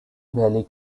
valley